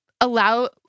allow